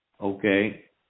Okay